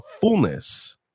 fullness